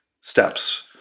steps